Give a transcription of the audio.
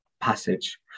passage